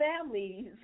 families